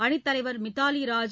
அணித்தலைவர் மித்தாலி ராஜ்